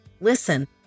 Listen